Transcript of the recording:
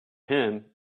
him